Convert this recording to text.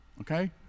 okay